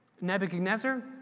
Nebuchadnezzar